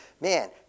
man